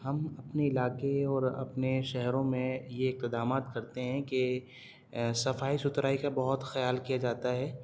ہم اپنے علاقے اور اپنے شہروں میں یہ اقتدامات کرتے ہیں کہ صفائی ستھرائی کا بہت خیال کیا جاتا ہے